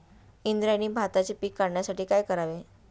इंद्रायणी भाताचे पीक वाढण्यासाठी काय करावे?